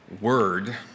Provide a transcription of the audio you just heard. word